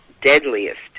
deadliest